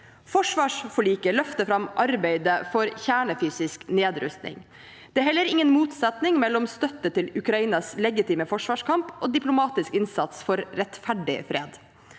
Forsvarsforliket løfter fram arbeidet for kjernefysisk nedrustning. Det er heller ingen motsetning mellom støtte til Ukrainas legitime forsvarskamp og diplomatisk innsats for rettferdig fred.